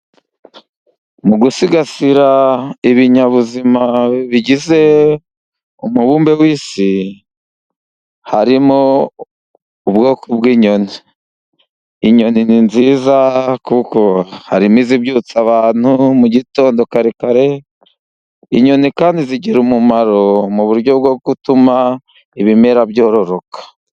Mu gusigasira ibinyabuzima bigize umubumbe wi'isi, harimo ubwoko bw'inyoni. Inyoni ni nziza kuko harimo izibyutsa abantu gitondo kare kare, inyoni kandi zigira umumaro mu buryo bwo gutuma ibimera byororoka.